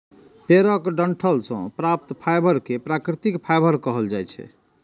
पेड़क डंठल सं प्राप्त फाइबर कें प्राकृतिक फाइबर कहल जाइ छै